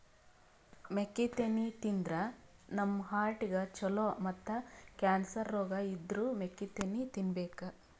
ಮೆಕ್ಕಿತೆನಿ ತಿಂದ್ರ್ ನಮ್ ಹಾರ್ಟಿಗ್ ಛಲೋ ಮತ್ತ್ ಕ್ಯಾನ್ಸರ್ ರೋಗ್ ಇದ್ದೋರ್ ಮೆಕ್ಕಿತೆನಿ ತಿನ್ಬೇಕ್